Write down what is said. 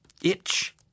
Itch